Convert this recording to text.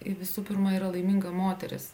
visų pirma yra laiminga moteris